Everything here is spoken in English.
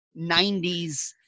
90s